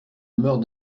meurs